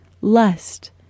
lust